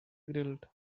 grilled